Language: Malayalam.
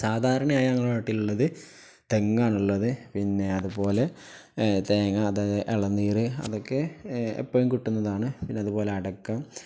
സാധാരണയായി ഞങ്ങളുടെ നാട്ടിലുള്ളത് തെങ്ങാണുള്ളത് പിന്നെ അതുപോലെ തേങ്ങ അതായത് ഇളനീര് അതൊക്കെ എപ്പോഴും കിട്ടുന്നതാണ് പിന്നെ അതുപോലെ അടയ്ക്ക